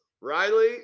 Riley